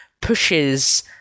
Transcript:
pushes